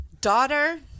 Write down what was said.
daughter